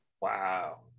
Wow